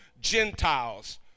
Gentiles